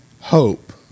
hope